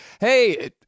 hey